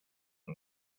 and